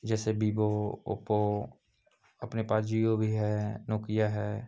जैसे Vivo Oppo अपने पास जिओ भी है नोकिया है